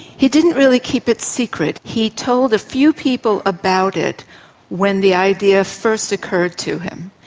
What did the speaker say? he didn't really keep it secret. he told a few people about it when the idea first occurred to him.